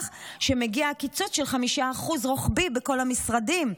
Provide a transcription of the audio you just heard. שמגיע הקיצוץ הרוחבי של 5% בכל המשרדים,